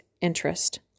interest